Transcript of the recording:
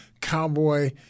cowboy